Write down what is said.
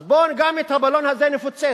אז בוא גם את הבלון הזה נפוצץ.